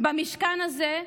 במשכן הזה,